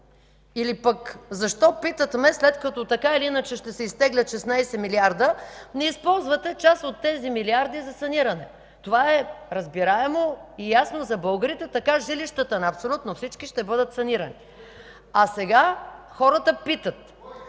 Или пък защо, питат ме, след като така или иначе ще се изтеглят 16 милиарда, не използвате част от тези милиарди за саниране? Това е разбираемо и ясно за българите. Така жилищата на абсолютно всички ще бъдат санирани. А сега хората питат.